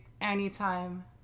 anytime